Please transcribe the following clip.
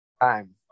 time